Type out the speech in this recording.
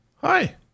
Hi